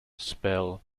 spell